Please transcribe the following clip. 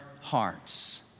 hearts